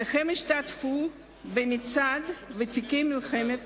והם ישתתפו במצעד ותיקי מלחמת